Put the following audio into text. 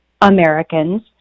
Americans